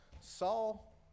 Saul